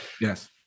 yes